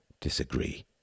disagree